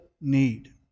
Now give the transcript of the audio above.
need